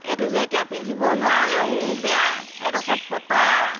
এইটো যে এতিয়া পিন্ধিবও নোৱাৰোঁ ৰংটোও বেয়া এডোখৰ ফটা